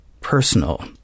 personal